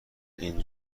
این